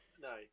no